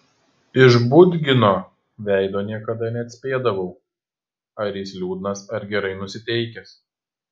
iš budgino veido niekada neatspėdavau ar jis liūdnas ar gerai nusiteikęs